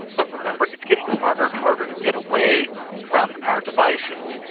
but remember it's getting harder and harder to get away from our devices,